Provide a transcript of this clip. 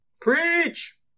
preach